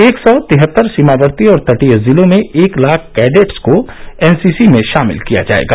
एक सौ तिहत्तर सीमावर्ती और तटीय जिलों में एक लाख कैडेटों को एनसीसी में शामिल किया जाएगा